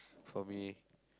for me